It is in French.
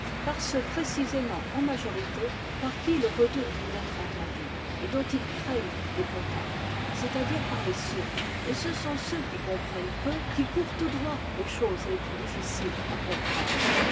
par ceux précisément en majorité par qui ils redoutent d'être entendus et dont ils craignent le contact c'est-à-dire par les sots et ce sont ceux qui comprennent peu qui courent tout droit aux choses les plus difficiles à comprendre